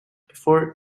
before